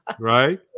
right